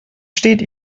steht